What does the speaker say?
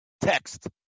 text